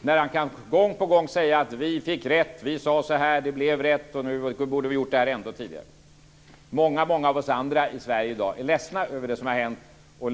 när han gång på gång kan säga: "Vi fick rätt. Vi sade så här. Det blev rätt. Vi borde ha gjort det ännu tidigare." Många av oss andra i Sverige är ledsna i dag över det som har hänt.